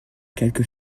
quelques